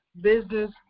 business